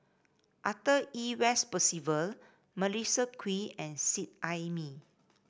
Arthur Ernest Percival Melissa Kwee and Seet Ai Mee